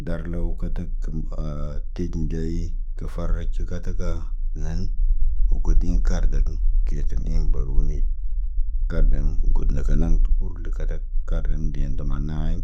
Darlo katak tum aa te ɟi nɟey tufaraɟ kə kataka neen. Wo godiɲ karda gən, tierten iŋg babu neet. Gaben got, na urlu katak, karlen de nduman na een.